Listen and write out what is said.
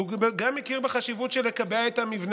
וגם הכיר בחשיבות של לקבע את המבנה